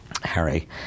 Harry